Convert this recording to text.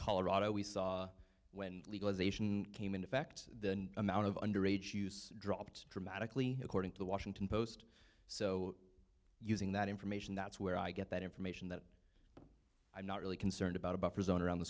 colorado we saw when legalization came in effect than amount of under age use dropped dramatically according to the washington post so using that information that's where i get that information that i'm not really concerned about a buffer zone around the